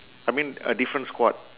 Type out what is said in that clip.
I mean a different squad